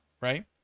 right